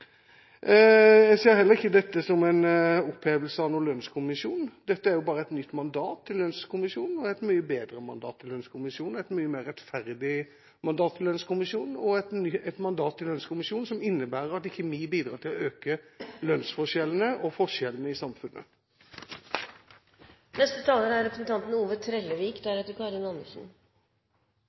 Jeg ser heller ikke dette som en opphevelse av lønnskommisjonen. Dette er bare et nytt mandat til lønnskommisjonen, et mye bedre mandat til lønnskommisjonen og et mye mer rettferdig mandat til lønnskommisjonen – et mandat som innebærer at vi ikke bidrar til å øke lønnsforskjellene og forskjellene i samfunnet. Eg er